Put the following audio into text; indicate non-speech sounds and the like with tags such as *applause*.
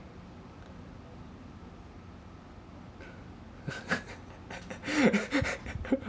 *laughs*